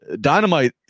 dynamite